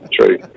True